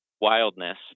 wildness